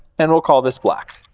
and we'll call this black.